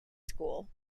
school